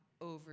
over